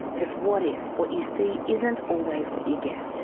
just what if what you see isn't always what you get?